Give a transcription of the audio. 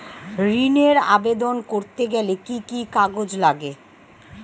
ঋণের আবেদন করতে গেলে কি কি কাগজ লাগে?